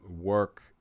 work